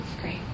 Great